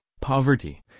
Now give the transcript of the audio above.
poverty